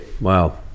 Wow